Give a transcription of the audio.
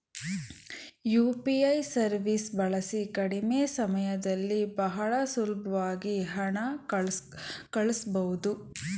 UPI ಸವೀಸ್ ಬಳಸಿ ಕಡಿಮೆ ಸಮಯದಲ್ಲಿ ಬಹಳ ಸುಲಬ್ವಾಗಿ ಹಣ ಕಳಸ್ಬೊದು